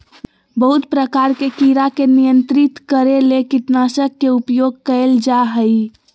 बहुत प्रकार के कीड़ा के नियंत्रित करे ले कीटनाशक के उपयोग कयल जा हइ